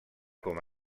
com